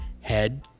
head